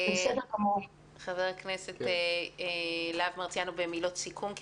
חבר הכנסת להב הרצנו במילות סיכום.